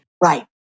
Right